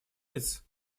лиц